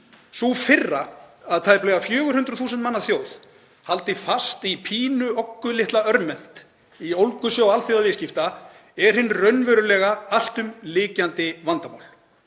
Sú firra að tæplega 400.000 manna þjóð haldi fast í pínuoggulitla örmynt í ólgusjó alþjóðaviðskipta er hið raunverulega alltumlykjandi vandamál.